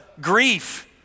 grief